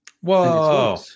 Whoa